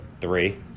Three